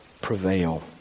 prevail